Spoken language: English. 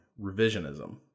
revisionism